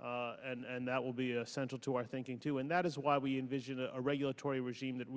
and that will be central to our thinking too and that is why we envision a regulatory regime that